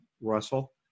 Russell